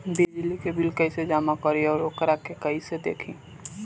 बिजली के बिल कइसे जमा करी और वोकरा के कइसे देखी?